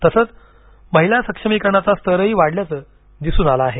तसंच महिला सक्षमीकरणाचा स्तरही वाढल्याचं दिसून आलं आहे